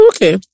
Okay